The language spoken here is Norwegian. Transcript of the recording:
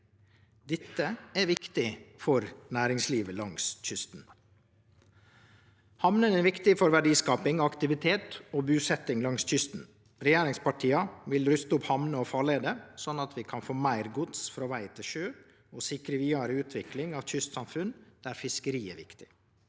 Dette er viktig for næringslivet langs kysten. Hamnene er viktige for verdiskaping, aktivitet og busetjing langs kysten. Regjeringspartia vil ruste opp hamner og farleier, slik at vi kan få meir gods frå veg til sjø og sikre vidare utvikling av kystsamfunn der fiskeri er viktig.